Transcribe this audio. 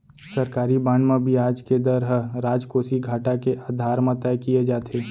सरकारी बांड म बियाज के दर ह राजकोसीय घाटा के आधार म तय किये जाथे